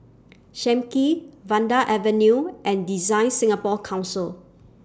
SAM Kee Vanda Avenue and Design Singapore Council